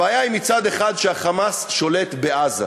הבעיה היא מצד אחד שה"חמאס" שולט בעזה,